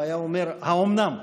הוא היה אומר: האומנם?